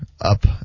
up